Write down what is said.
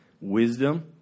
Wisdom